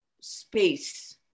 space